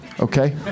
okay